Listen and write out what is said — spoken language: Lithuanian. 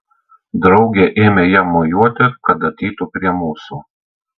draugė ėmė jam mojuoti kad ateitų prie mūsų